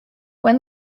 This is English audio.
when